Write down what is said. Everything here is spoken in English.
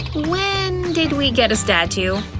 when did we get a statue?